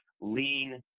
lean